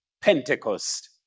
Pentecost